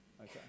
Okay